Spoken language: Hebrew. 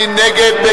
מי נגד?